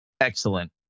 Excellent